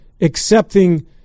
accepting